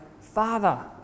Father